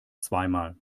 zweimal